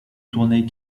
tournait